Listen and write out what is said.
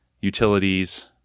utilities –